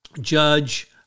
judge